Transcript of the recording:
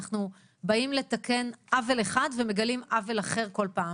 אנחנו באים לתקן עוול אחד ומגלים עוול אחר כל פעם.